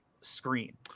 screen